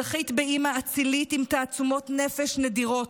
זכית באימא אצילית עם תעצומות נפש נדירות,